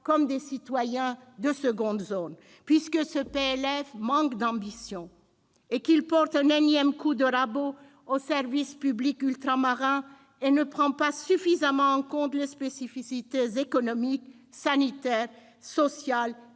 comme des citoyens de seconde zone ! Puisque ce budget manque d'ambition, qu'il porte un énième coup de rabot aux services publics ultramarins et ne prend pas suffisamment en compte les spécificités économiques, sanitaires, sociales,